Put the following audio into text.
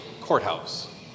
courthouse